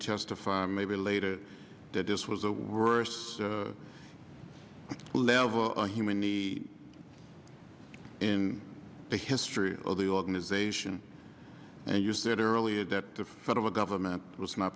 testify maybe later that this was a worst level a human the in the history of the organization and you said earlier that the federal government was not